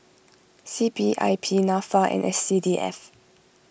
C P I P Nafa and S C D F